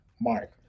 mark